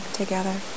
together